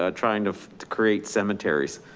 ah trying to create cemeteries.